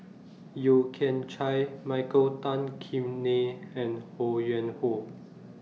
Yeo Kian Chai Michael Tan Kim Nei and Ho Yuen Hoe